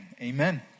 Amen